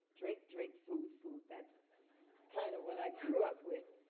drink, drink, food, food that's kind of what i grew up with.